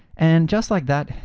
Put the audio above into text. and just like that,